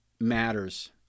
matters